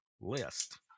List